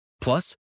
Plus